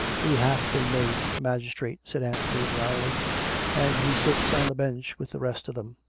he hath been made magistrate, said anthony drily and he sits on the bench with the rest of them.